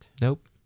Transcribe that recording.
Nope